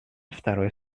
второй